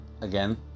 again